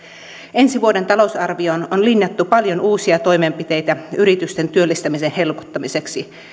ensi vuoden talousarvioon on linjattu paljon uusia toimenpiteitä yritysten työllistämisen helpottamiseksi